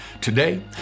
Today